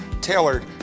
tailored